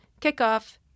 kickoff